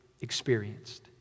experienced